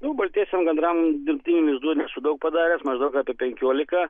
nu baltiesiem gandram dirbtinių lizdų nesu daug padaręs maždaug apie penkiolika